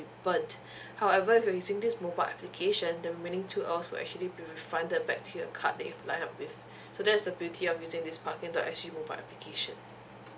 burnt however if you using this mobile application the remaining two hours will actually be refunded back to your card that you linked up with so that's the beauty of using this parking dot S G mobile application